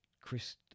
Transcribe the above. Chris